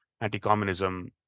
anti-communism